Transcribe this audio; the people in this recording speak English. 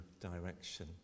direction